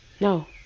no